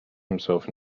himself